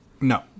No